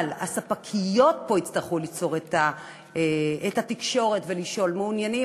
אבל הספקיות פה יצטרכו ליצור את התקשורת ולשאול: מעוניינים?